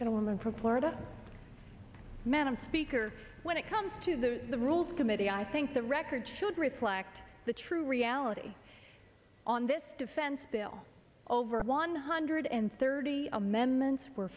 gentleman from florida madam speaker when it comes to the rules committee i think the record should reflect the true reality on this defense bill over one hundred and thirty amendments were